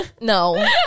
no